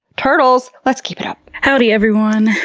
turtles! let's keep it up! howdy everyone!